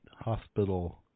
Hospital